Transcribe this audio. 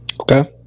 Okay